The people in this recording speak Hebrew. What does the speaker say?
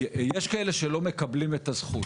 יש כאלה שלא מקבלים את הזכות,